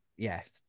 Yes